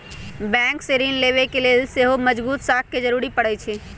bank से ऋण लेबे के लेल सेहो मजगुत साख के जरूरी परै छइ